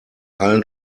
allen